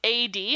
AD